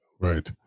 Right